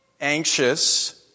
anxious